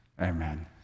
amen